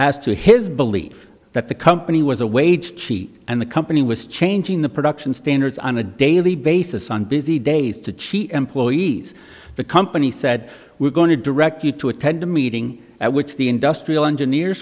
as to his belief that the company was a wage cheat and the company was changing the production standards on a daily basis on busy days to cheat employees the company said we're going to direct you to attend a meeting at which the industrial engineer